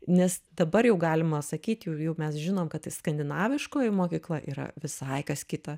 nes dabar jau galima sakyt jau jau mes žinom kad skandinaviškoji mokykla yra visai kas kita